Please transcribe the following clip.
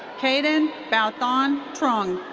kaden bao-thanh truong.